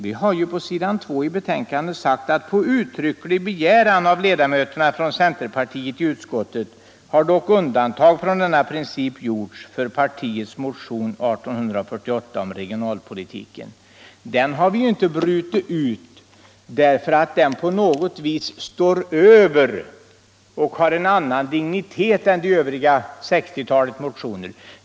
Vi har på s. 2 i betänkandet sagt: ”På uttrycklig begäran av ledamöterna från centerpartiet i utskottet har dock undantag från denna princip gjorts för partiets motion 1848 om regionalpolitik.” Vi har inte brutit ut den för att den på något vis står över och har en annan dignitet än de övriga omkring 60 motionerna.